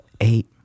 eight